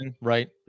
right